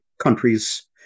countries